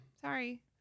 Sorry